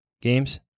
games